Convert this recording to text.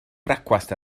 brecwast